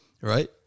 Right